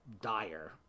dire